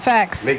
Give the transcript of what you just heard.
Facts